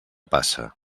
passa